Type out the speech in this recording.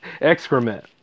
excrement